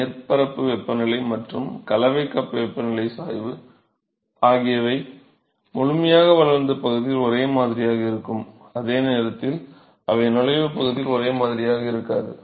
மேற்பரப்பு வெப்பநிலை சாய்வு மற்றும் கலவை கப் வெப்பநிலை சாய்வு ஆகியவை முழுமையாக வளர்ந்த பகுதியில் ஒரே மாதிரியாக இருக்கும் அதே நேரத்தில் அவை நுழைவு பகுதியில் ஒரே மாதிரியாக இருக்காது